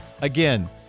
again